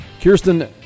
Kirsten